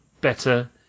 better